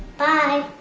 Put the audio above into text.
bye.